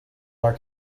our